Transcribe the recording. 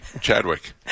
Chadwick